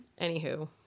anywho